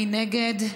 מי נגד?